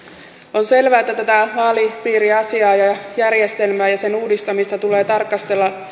on selvää että tätä vaalipiiriasiaa ja järjestelmää ja sen uudistamista tulee tarkastella